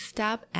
Stop